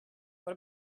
what